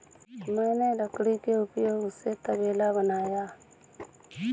मैंने लकड़ी के उपयोग से तबेला बनाया